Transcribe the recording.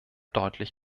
deutlich